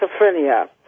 schizophrenia